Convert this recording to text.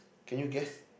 can you guess